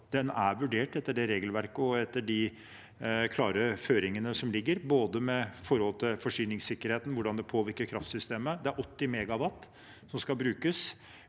er den vurdert etter det regelverket og etter de klare føringene som foreligger, både forsyningssikkerheten og hvordan det påvirker kraftsystemet. Det er 80 MW som skal brukes